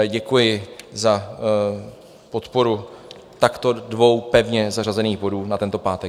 Děkuji za podporu takto dvou pevně zařazených bodů na tento pátek.